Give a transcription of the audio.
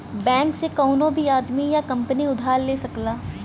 bank से कउनो भी आदमी या कंपनी उधार ले सकला